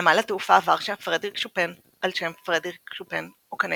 "נמל התעופה ורשה פרדריק שופן על שם פרדריק שופן-אוקנציה",